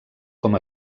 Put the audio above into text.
com